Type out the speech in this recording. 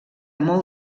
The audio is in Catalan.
molt